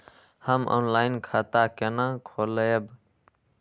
हम ऑनलाइन खाता केना खोलैब?